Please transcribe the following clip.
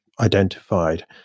identified